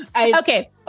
Okay